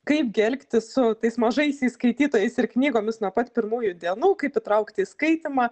kaip gi elgtis su tais mažaisiais skaitytojais ir knygomis nuo pat pirmųjų dienų kaip įtraukt į skaitymą